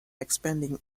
expanding